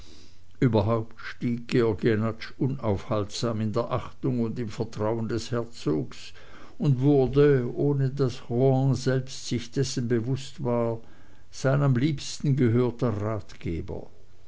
überhaupt stieg georg jenatsch unaufhaltsam in der achtung und im vertrauen des herzogs und wurde ohne daß rohan selbst sich dessen bewußt war sein am liebsten gehörter ratgeber